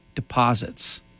deposits